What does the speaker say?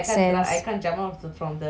you all cannot drink also